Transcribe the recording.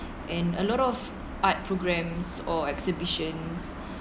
and a lot of art programmes or exhibitions